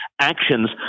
actions